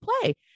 play